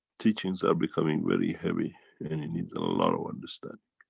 teachings are becoming very heavy and it needs and a lot of understanding.